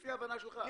לפי הבנתך.